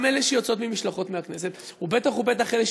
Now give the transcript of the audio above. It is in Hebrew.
גם משלחות שיוצאות מהכנסת ובטח ובטח אלה